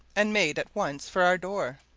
and made at once for our door.